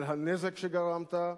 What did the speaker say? על הנזק שגרמת,